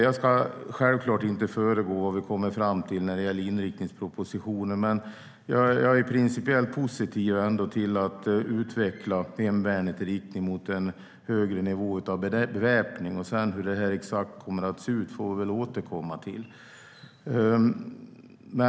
Jag ska självklart inte föregå vad vi kommer fram till när det gäller inriktningspropositionen, men jag är ändå principiellt positiv till att utveckla hemvärnet i riktning mot en högre nivå av beväpning. Exakt hur det kommer att se ut får vi återkomma till.